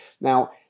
Now